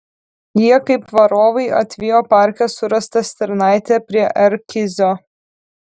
jie kaip varovai atvijo parke surastą stirnaitę prie r kizio